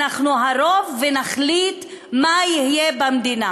אנחנו הרוב, ונחליט מה יהיה במדינה.